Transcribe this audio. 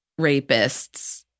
rapists